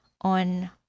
on